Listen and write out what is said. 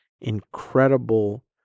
incredible